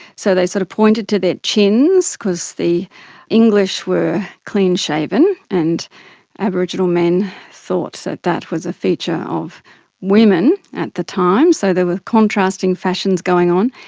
so they sort of pointed to their chins, because the english were clean-shaven, and aboriginal men thought that that was a feature of women at the time, so there were contrasting fashions going on.